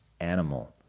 animal